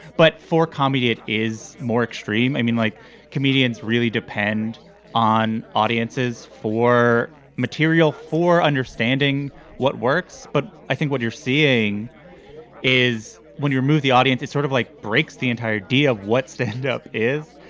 but for comedy, it is more extreme. i mean, like comedians really depend on audiences for material, for understanding what works. but i think what you're seeing is when you move the audience, it's sort of like breaks the entire idea of what standup is.